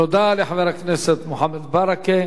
תודה לחבר הכנסת מוחמד ברכה.